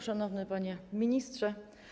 Szanowny Panie Ministrze!